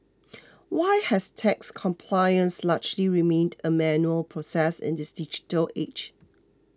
why has tax compliance largely remained a manual process in this digital age